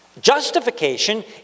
justification